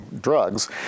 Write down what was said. drugs